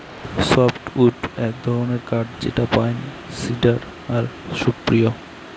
softwood এক ধরনের কাঠ যেটা পাইন, সিডার আর সপ্রুস